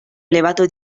elevato